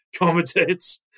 commentates